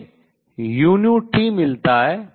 हमें uT मिलता है